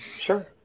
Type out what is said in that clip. Sure